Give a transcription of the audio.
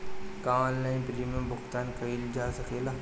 का online premium भुगतान कईल जा सकेला?